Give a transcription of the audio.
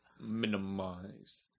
Minimize